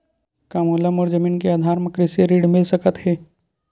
का मोला मोर जमीन के आधार म कृषि ऋण मिल सकत हे?